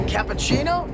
Cappuccino